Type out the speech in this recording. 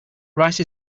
rice